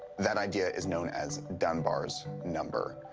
that idea is known as dunbar's number.